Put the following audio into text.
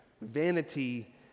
vanity